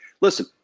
Listen